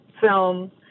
film